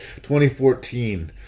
2014